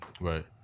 Right